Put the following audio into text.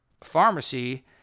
pharmacy